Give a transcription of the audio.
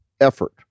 effort